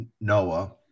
Noah